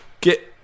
get